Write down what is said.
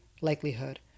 likelihood